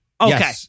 Okay